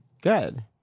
Good